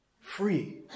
free